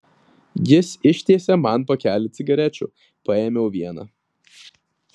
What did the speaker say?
jis ištiesė man pakelį cigarečių paėmiau vieną